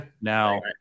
Now